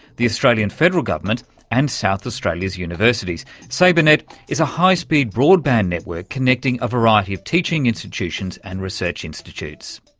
the australian federal government and south australia's universities. sabrenet is a high speed broadband network connecting a variety of teaching institutions and research institutes.